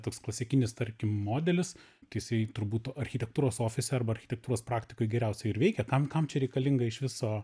toks klasikinis tarkim modelis tai jisai turbūt architektūros ofise arba architektūros praktikoj geriausiai ir veikia kam kam čia reikalinga iš viso